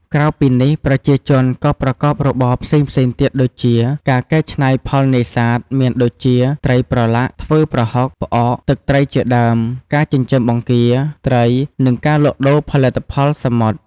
ក្រៅពីនេះ ប្រជាជនក៏ប្រកបរបរផ្សេងៗទៀតដូចជា ការកែច្នៃផលនេសាទ មានដូចជា ត្រីប្រឡាក់ ធ្វើប្រហុក ផ្អក ទឹកត្រីជាដើម ការចិញ្ចឹមបង្គា ត្រី និងការលក់ដូរផលិតផលសមុទ្រ។